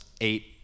eight